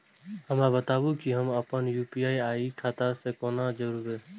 हमरा बताबु की हम आपन यू.पी.आई के खाता से कोना जोरबै?